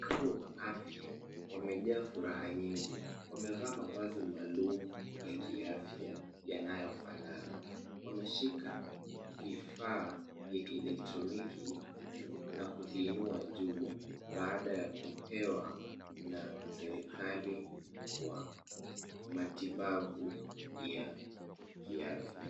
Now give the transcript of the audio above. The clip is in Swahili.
Wahudumu wa afya, wamejaa furaha nyingi. Wamevaa mavazi maalum ya kiafya yanayofanana. Wameshika vifaa vya kielektroniki na kuviinua juu. Baada ya kupewa na serikali kwa matibabu ya kiafya.